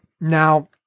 now